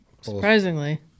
surprisingly